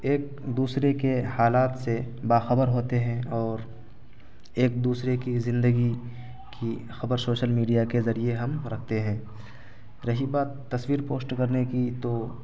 ایک دوسرے کے حالات سے باخبر ہوتے ہیں اور ایک دوسرے کی زندگی کی خبر شوشل میڈیا کے ذریعے ہم رکھتے ہیں رہی بات تصویر پوسٹ کرنے کی تو